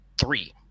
three